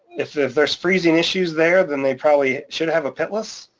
if if there's freezing issues there, then they probably should have a pitless.